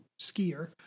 skier